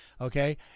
Okay